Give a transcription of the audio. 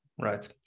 Right